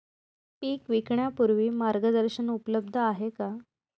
पीक विकण्यापूर्वी मार्गदर्शन उपलब्ध आहे का?